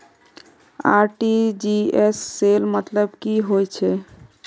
RTGS cell मतलब की होचए?